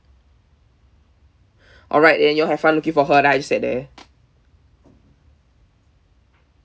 alright then you all have fun looking for her then I just sat there